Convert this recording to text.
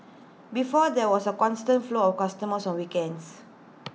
before there was A constant flow of customers on weekends